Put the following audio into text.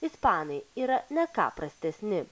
ispanai yra ne ką prastesni